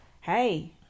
hey